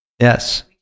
Yes